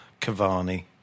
Cavani